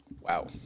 Wow